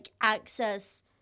access